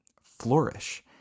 flourish